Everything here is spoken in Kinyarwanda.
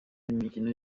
imikino